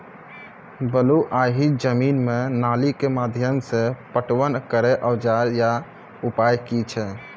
बलूआही जमीन मे नाली के माध्यम से पटवन करै औजार या उपाय की छै?